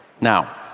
Now